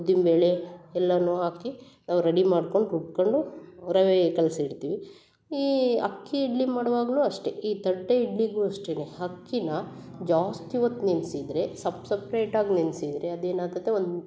ಉದ್ದಿನ್ಬೇಳೆ ಎಲ್ಲಾನು ಹಾಕಿ ರೆಡಿ ಮಾಡ್ಕೊಂಡು ಹುರ್ಕೊಂಡು ರವೆ ಕಲಿಸಿ ಇಡ್ತೀವಿ ಈ ಅಕ್ಕಿ ಇಡ್ಲಿ ಮಾಡುವಾಗಲೂ ಅಷ್ಟೆ ಈ ತಟ್ಟೆ ಇಡ್ಲಿಗೂ ಅಷ್ಟೆ ಅಕ್ಕಿನ ಜಾಸ್ತಿ ಹೊತ್ ನೆನ್ಸಿದ್ದರೆ ಸಪ್ ಸಪ್ರೇಟಾಗಿ ನೆನ್ಸಿದರೆ ಅದೇನಾಗುತ್ತೆ